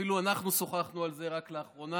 אפילו אנחנו שוחחנו על זה רק לאחרונה,